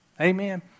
Amen